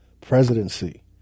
presidency